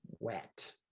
wet